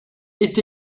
est